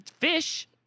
fish